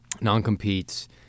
non-competes